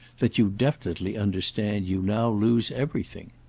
that you definitely understand you now lose everything.